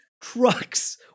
trucks